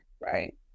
right